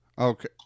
Okay